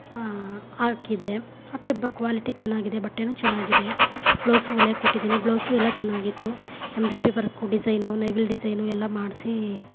ಹಾಕಿದ್ದೆ ಕ್ವಾಲಿಟಿ ಚೆನ್ನಾಗಿದೆ ಬಟ್ಟೆಯೂ ಚೆನ್ನಾಗಿದೆ ಬ್ಲೌಸ್ ಹೊಲೆಯೋಕೆ ಕೊಟ್ಟಿದ್ದೀನಿ ಬ್ಲೌಸು ಎಲ್ಲ ಚೆನ್ನಾಗಿತ್ತು ಎಂಬ್ರೈಡ್ರಿ ವರ್ಕು ಡಿಝೈನು ನವಿಲು ಡಿಝೈನು ಎಲ್ಲ ಮಾಡಿಸಿ